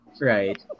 right